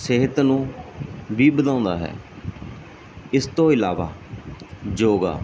ਸਿਹਤ ਨੂੰ ਵੀ ਵਧਾਉਂਦਾ ਹੈ ਇਸ ਤੋਂ ਇਲਾਵਾ ਯੋਗਾ